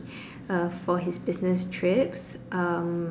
uh for his business trips um